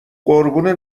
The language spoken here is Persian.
قربون